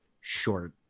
short